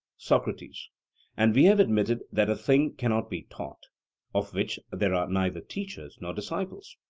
socrates and we have admitted that a thing cannot be taught of which there are neither teachers nor disciples?